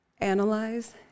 Analyze